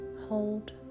hold